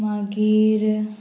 मागीर